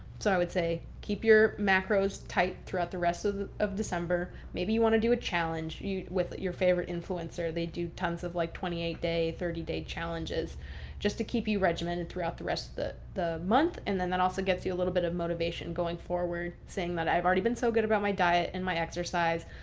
so i would say keep your macros tight throughout the rest of of december. maybe you want to do a challenge with your favorite influencer. they do tons of like twenty eight day, thirty day challenges just to keep you regimented throughout the rest of the the month. and then that also gets you a little bit of motivation going forward saying that i've already been so good about my diet and my exercise.